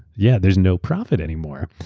yeah, there's no profit anymore.